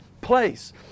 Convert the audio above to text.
place